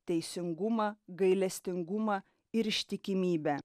teisingumą gailestingumą ir ištikimybę